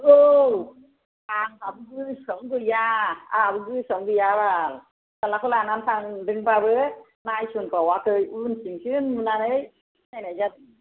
औ आंहाबो गोसोआवनो गैया आंहाबो गोसोआवनो गैया बाल फिसाज्लाखौ लानानै थांदोंबाबो नायसनबावाखै उनथिंसो नुनानै सिनायनाय जादों